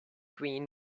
green